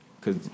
Cause